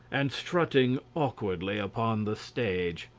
and strutting awkwardly upon the stage.